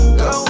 go